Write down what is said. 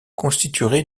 constituerait